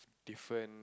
different